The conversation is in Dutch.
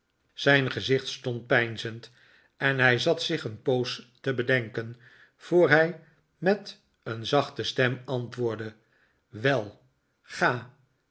zijn gezicht stond peinzend en hij zat zich een poos te bedenken voor hij met een zachte stem antwoordde wel ga